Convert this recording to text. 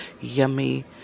yummy